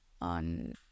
on